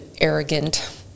arrogant